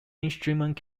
instrument